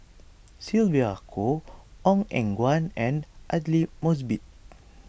Sylvia Kho Ong Eng Guan and Aidli Mosbit